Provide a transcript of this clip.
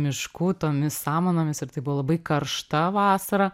miškų tomis samanomis ir tai buvo labai karšta vasara